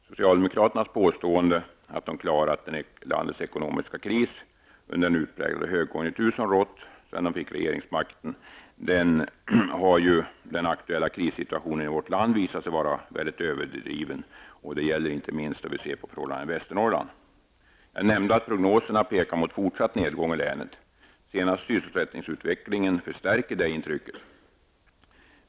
Socialdemokraternas påstående att de klarat landets ekonomiska kris under den utpräglade högkonjunktur som har rått sedan de fick regeringsmakten, har i den aktuella krissituationen i vårt land visat sig vara mycket överdrivet. Detta gäller inte minst om vi ser till förhållandena i Jag nämnde att prognoserna pekar mot fortsatt nedgång i länet. Sysselsättningsutvecklingen under senare tid förstärker det intrycket.